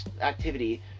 activity